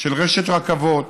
של רשת רכבות.